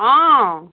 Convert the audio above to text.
অঁ